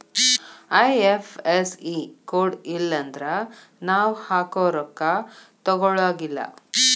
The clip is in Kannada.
ಐ.ಎಫ್.ಎಸ್.ಇ ಕೋಡ್ ಇಲ್ಲನ್ದ್ರ ನಾವ್ ಹಾಕೊ ರೊಕ್ಕಾ ತೊಗೊಳಗಿಲ್ಲಾ